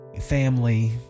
family